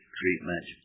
treatment